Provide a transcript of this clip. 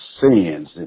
sins